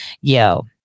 yo